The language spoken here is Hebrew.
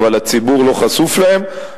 אבל הציבור לא חשוף להן,